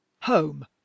home